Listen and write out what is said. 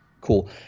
Cool